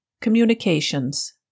Communications